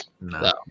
No